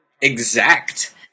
exact